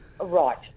Right